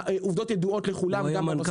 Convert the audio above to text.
העובדות ידועות לכולם גם בנושא הזה.